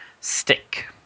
stick